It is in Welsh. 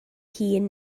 hun